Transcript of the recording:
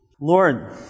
Lord